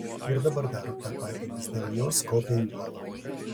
ir dabar daro tą patį nes dėl jos kopia į uolą